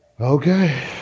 okay